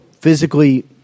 physically